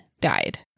died